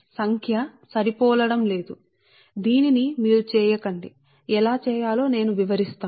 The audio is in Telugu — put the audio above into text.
కాబట్టి ఈ పటాన్ని మీరు చేయకూడదని నేను మీకు చెపుతాను